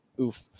Oof